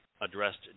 addressed